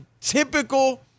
typical